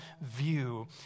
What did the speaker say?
view